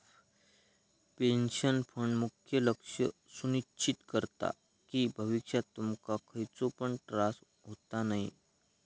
pension fund मुख्य लक्ष सुनिश्चित करता कि भविष्यात तुमका खयचो पण त्रास होता नये